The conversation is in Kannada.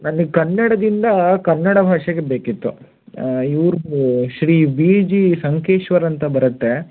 ನಮಗೆ ಕನ್ನಡದಿಂದ ಕನ್ನಡ ಭಾಷೆಗೆ ಬೇಕಿತ್ತು ಇವ್ರದ್ದು ಶ್ರೀ ವೀಜಿ ಸಂಕೇಶ್ವರ್ ಅಂತ ಬರತ್ತೆ